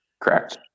Correct